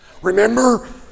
Remember